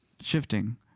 shifting